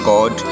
God